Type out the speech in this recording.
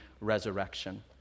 resurrection